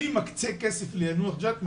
הוא מקצה כסף ל-220 ילדים ביאנוח-ג'ת.